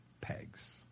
pegs